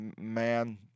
man